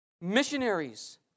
Missionaries